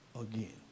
again